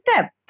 step